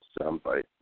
soundbite